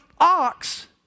ox